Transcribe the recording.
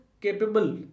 capable